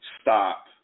stop